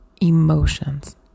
emotions